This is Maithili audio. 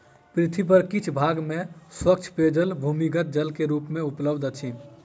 पृथ्वी पर किछ भाग में स्वच्छ पेयजल भूमिगत जल के रूप मे उपलब्ध अछि